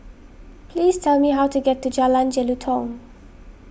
please tell me how to get to Jalan Jelutong